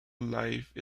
life